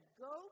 go